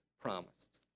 promised